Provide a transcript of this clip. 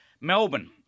Melbourne